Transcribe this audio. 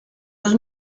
dos